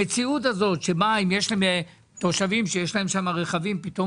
המציאות הזאת שבה יש תושבים שיש להם שם רכבים פתאום